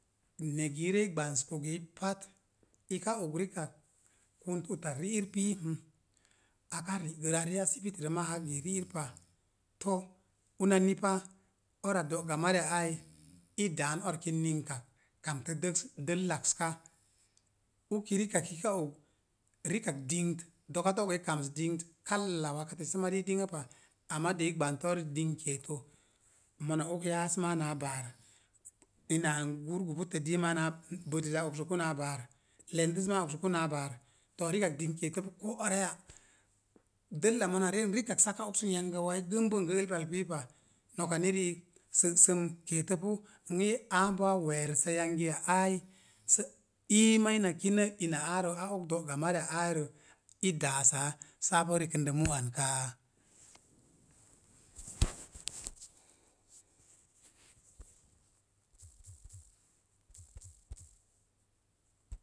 Ne̱gi i re gbans kogeyi pat, ika og rikak kunt ota ri'ir pii hə, aka ri'ge a ree ar sibitirə maa aka gee ri'ir pa. To, unani pa, o̱ra do̱'gamariya aai i daan orki ninkak kamtə dəks dəi lakska. uki rikak ika og, rikak dimgət, do̱ka do̱ gə i kams dingnt, kala wakati sə mari i dingnə pa, amma de i gbantə ar dingnt keeto. Mona oks ya'as maa naa baar, ina an gurgu buttə dii maa naa ba bədəz a oksuku naa baar, lendəz maa a oksuku na baar. To rikak dingnt keetəpu koo araya. Dəlla mona rən rikak sə aka okso yanga wai gənbon gə pak pii pa. Noka ni riik, sə'sə'm keetə pu, ni aa boo a we̱e̱rəsə yangi aai sə ii maa ina kinə ina aaro a oks do̱'gamariya aairə i daasaa saa pu rekəndə mu an kaa.